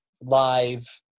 live